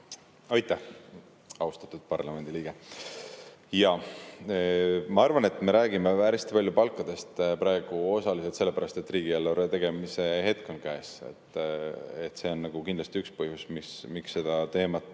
Aitäh! Austatud parlamendi liige! Ma arvan, et me räägime päris palju palkadest praegu osaliselt sellepärast, et riigieelarve tegemise hetk on käes. See on kindlasti üks põhjus, miks seda teemat